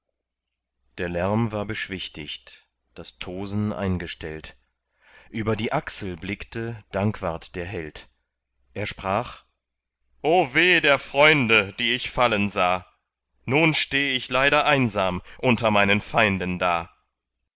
der lärm war beschwichtigt das tosen eingestellt über die achsel blickte dankwart der held er sprach o weh der freunde die ich fallen sah nun steh ich leider einsam unter meinen feinden da